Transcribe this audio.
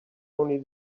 only